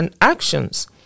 actions